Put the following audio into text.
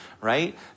right